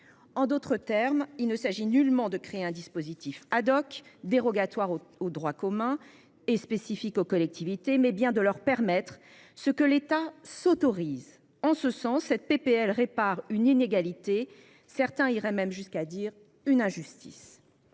En d'autres termes, il ne s'agit nullement de créer un dispositif, dérogatoire au droit commun et spécifique aux collectivités, il s'agit bien plutôt de leur permettre ce que l'État s'autorise. En ce sens, ce texte répare une inégalité- d'aucuns diraient même une injustice.